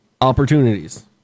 opportunities